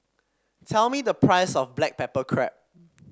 tell me the price of Black Pepper Crab